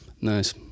Nice